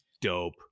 dope